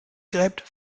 gräbt